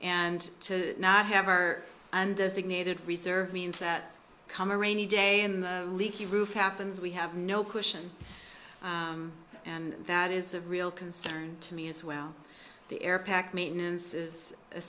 and to not have our and as it needed reserve means that come a rainy day in the leaky roof happens we have no cushion and that is a real concern to me as well the air pack maintenance is a